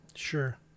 Sure